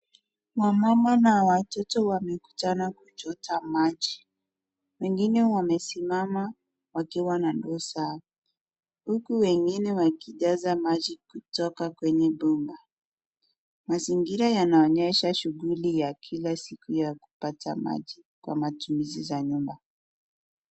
Wamama na watoto wamekutana kuchota maji, wengine wamesimama wakiwa na ndoo zao huku wengine wakijaza maji. Mazingira yanaonyesha shuguli ya kila siku ya kupata maji kwa matumizi ya nyumba.